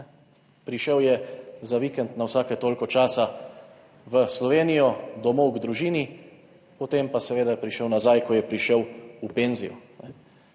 Prišel je za vikend na vsake toliko časa v Slovenijo, domov k družini, potem pa seveda je prišel nazaj, ko je prišel v penzijo,